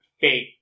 fake